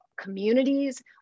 communities